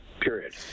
period